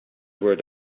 word